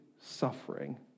suffering